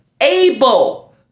able